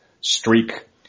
streak